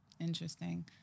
interesting